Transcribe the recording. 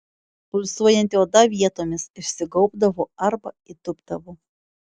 pulsuojanti oda vietomis išsigaubdavo arba įdubdavo